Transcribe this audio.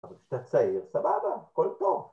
‫אבל כשאתה צעיר, סבבה, ‫הכל טוב.